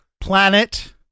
Planet